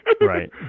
Right